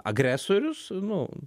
agresorius nu